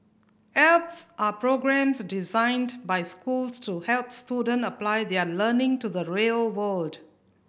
alps are programs designed by schools to help student apply their learning to the real world